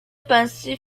pincé